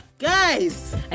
Guys